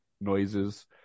noises